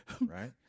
Right